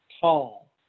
tall